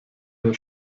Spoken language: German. der